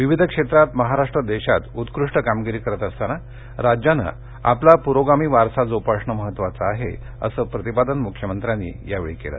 विविध क्षेत्रात महाराष्ट्र देशात उत्कृष्ट कामगिरी करत असताना राज्यानं आपला प्रोगामी वारसा जोपासणं महत्त्वाचं आहे असं प्रतिपादन मुख्यमंत्र्यांनी यावेळी केल